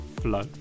flow